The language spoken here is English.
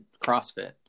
CrossFit